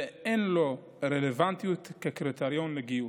ואין לו רלוונטיות כקריטריון לגיוס.